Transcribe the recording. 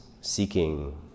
seeking